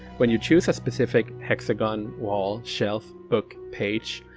when you choose a specific hexagon wall shelf book page,